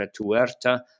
retuerta